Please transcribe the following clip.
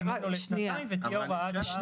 המימון הוא לשנתיים ותהיה הוראת שעה